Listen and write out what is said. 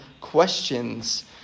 questions